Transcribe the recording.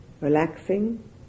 relaxing